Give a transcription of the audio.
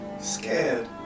Scared